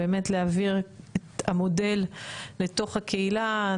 באמת להעביר את המודל לתוך הקהילה.